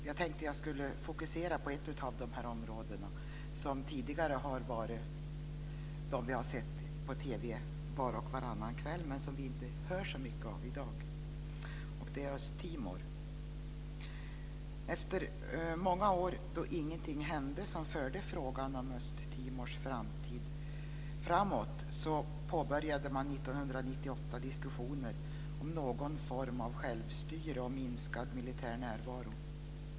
Jag tänkte att jag skulle fokusera på ett av de områden som vi tidigare såg på TV var och varannan kväll men som vi inte hör så mycket av i dag, och det är Östtimor. Efter många år då ingenting hände som förde frågan om Östtimors framtid framåt påbörjade man 1998 diskussioner om någon form av självstyre och minskad militär närvaro.